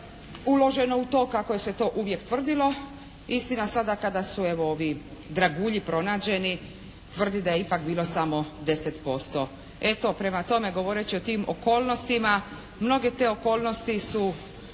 uloženo u to kako se to uvijek tvrdilo. Istina, sada kada su ovi dragulji pronađeni tvrdi da je ipak bilo samo 10%. Eto, prema tome govoreći o tim okolnostima mnoge te okolnosti su